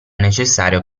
necessario